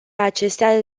acestea